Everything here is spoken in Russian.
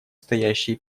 стоящие